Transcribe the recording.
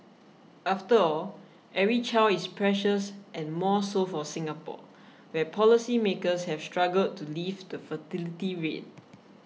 after all every child is precious and more so for Singapore where policymakers have struggled to lift the fertility rate